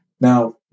Now